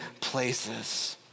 places